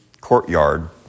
courtyard